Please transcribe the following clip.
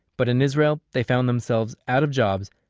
but in israel they found themselves out of jobs,